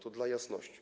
To dla jasności.